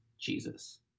Jesus